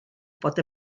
bod